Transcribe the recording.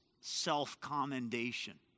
self-commendation